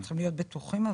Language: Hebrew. לא צריכים את הסעיף השני?